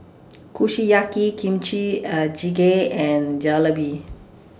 Kushiyaki Kimchi Are Jjigae and Jalebi